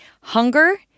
HUNGER